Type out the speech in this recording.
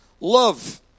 love